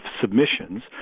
submissions